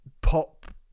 pop